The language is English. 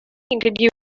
introduce